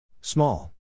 Small